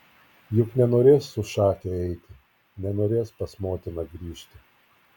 juk nenorės su šake eiti nenorės pas motiną grįžti